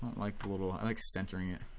like the little, i like centering it.